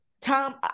Tom